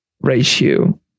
ratio